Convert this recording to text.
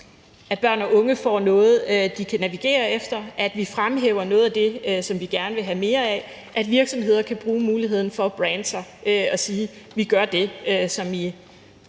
at børn og unge får noget, de kan navigere efter, at vi fremhæver noget af det, som vi gerne vil have mere af, at virksomheder kan bruge muligheden for at brande sig og sige: Vi gør det, som I gerne